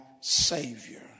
Savior